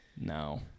No